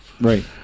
right